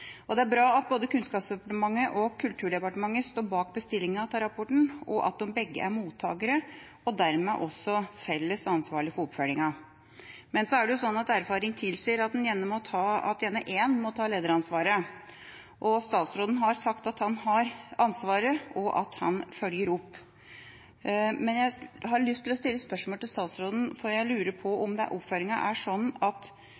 Det er bra at både Kunnskapsdepartementet og Kulturdepartementet står bak bestillinga av rapporten, og at de begge er mottakere og dermed også felles ansvarlig for oppfølginga. Men erfaring tilsier at det er gjerne én som må ta lederansvaret, og statsråden har sagt at han har ansvaret, og at han følger opp. Jeg har lyst til å stille et spørsmål til statsråden: Jeg lurer på om oppfølginga er sånn at